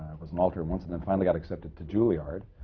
was an alternate once and then finally got accepted to juilliard.